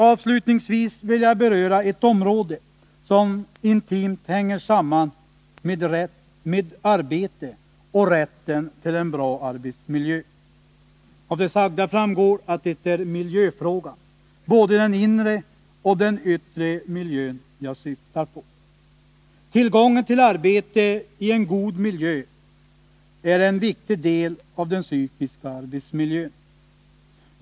Avslutningsvis vill jag beröra ett område som intimt hänger samman med arbete och rätten till en bra arbetsmiljö. Av det sagda framgår att det är frågan om vår miljö, både den inre och den yttre, som jag syftar på. Tillgången till arbete i en god miljö är en viktig del av den psykiska arbetsmiljön.